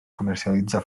comercialitza